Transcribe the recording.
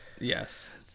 Yes